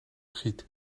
giet